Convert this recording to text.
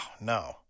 no